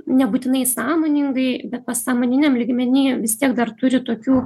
nebūtinai sąmoningai bet pasąmoniniam lygmeny vis tiek dar turi tokių